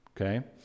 Okay